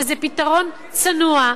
וזה פתרון צנוע,